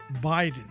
Biden